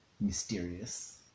mysterious